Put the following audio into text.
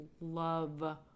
love